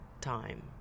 time